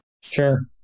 Sure